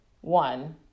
one